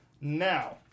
Now